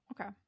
Okay